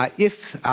um if